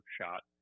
shot